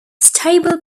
stable